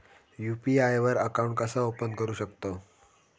UPI वर account कसा open करू शकतव?